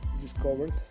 discovered